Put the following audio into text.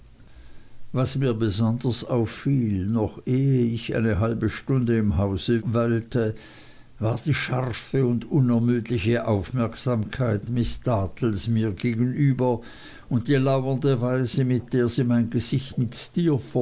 was mir besonders auffiel noch ehe ich eine halbe stunde im hause weilte war die scharfe und unermüdliche aufmerksamkeit miß dartles mir gegenüber und die lauernde weise mit der sie mein gesicht mit